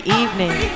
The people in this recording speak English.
evening